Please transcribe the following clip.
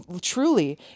Truly